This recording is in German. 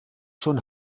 schon